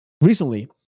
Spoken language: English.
recently